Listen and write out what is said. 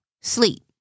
sleep